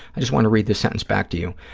i just want to read this sentence back to you.